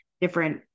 different